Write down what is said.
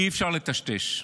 אי-אפשר לטשטש.